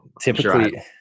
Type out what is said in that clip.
typically